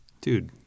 dude